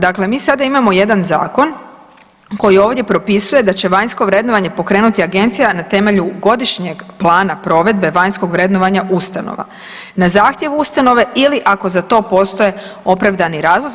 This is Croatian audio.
Dakle, mi sada imamo jedan zakon koji ovdje propisuje da će vanjsko vrednovanje pokrenuti Agencija na temelju godišnjeg plana provedbe vanjskog vrednovanja ustanova na zahtjevu ustanove ili ako za to postoje opravdani razlozi.